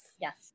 yes